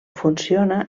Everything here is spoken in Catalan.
funciona